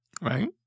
Right